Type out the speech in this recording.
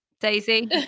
Daisy